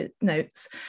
notes